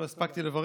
לא הספקתי לברך,